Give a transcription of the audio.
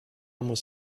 muss